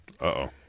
Uh-oh